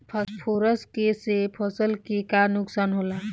Phosphorus के से फसल के का नुकसान होला?